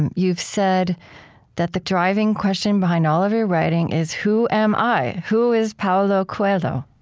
and you've said that the driving question behind all of your writing is, who am i? who is paulo coelho?